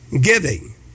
giving